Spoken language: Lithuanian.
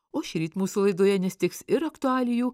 o šįryt mūsų laidoje nestigs ir aktualijų